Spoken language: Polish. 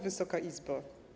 Wysoka Izbo!